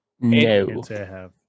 No